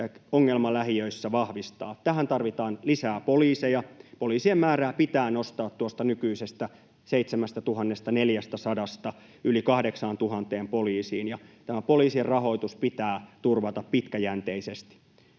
ongelmalähiöissä vahvistaa. Tähän tarvitaan lisää poliiseja. Poliisien määrää pitää nostaa tuosta nykyisestä 7 400:sta yli 8 000 poliisiin ja poliisin rahoitus pitää turvata pitkäjänteisesti.